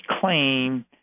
claim